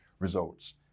Results